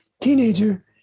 teenager